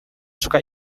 suka